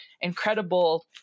incredible